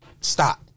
stop